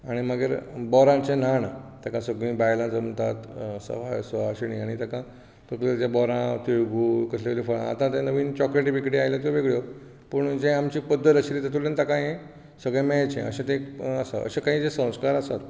आनी मागीर बोराचें न्हाण तेका सगळीं बायलां जमतात सवा सवाशिणी आनी तेका तकलेचें बोरां तिळगूळ कसलीं कसलीं फळां आतां आतां नवीन चोकलेटी बिकलेटी आयला त्यो वेगळ्यो पूण जें आमची पध्दत आशिल्ली तेतुंतल्यान ताका हें सगळें मेळचें अशें ते एक आसा अशें कांय ते संस्कार आसात